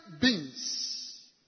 beings